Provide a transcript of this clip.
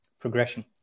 progression